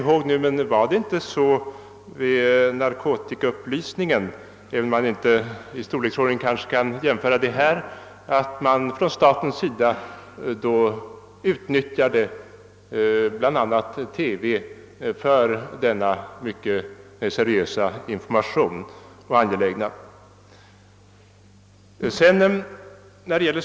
Hur var det i narkotikaupplysningen, som beträffande storleksordningen emellertid inte kan jämföras med denna fråga? Där vill jag minnas att staten utnyttjade bl.a. TV för sin mycket seriösa och angelägna information.